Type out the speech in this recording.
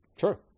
Sure